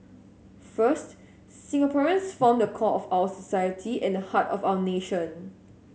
first Singaporeans form the core of our society and heart of our nation